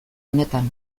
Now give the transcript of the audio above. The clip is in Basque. honetan